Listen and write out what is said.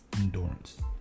endurance